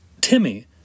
Timmy